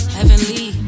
Heavenly